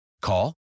Call